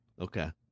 Okay